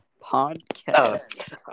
podcast